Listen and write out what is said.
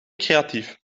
creatief